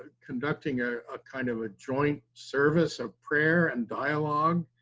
conducting ah a kind of a join service of prayer and dialogue,